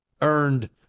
earned